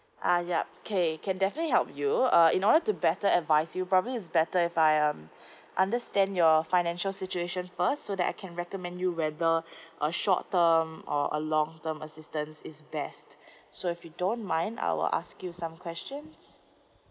uh yup K can definitely help you uh in order to better advice you probably is better if I um understand your financial situation first so that I can recommend you whether uh short term or a long term assistance is best so if you don't mind I'll ask you some questions